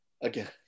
again